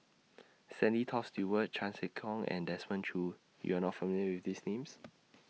Stanley Toft Stewart Chan Sek Keong and Desmond Choo YOU Are not familiar with These Names